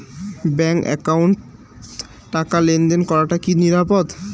Bank একাউন্টত টাকা লেনদেন করাটা কি নিরাপদ?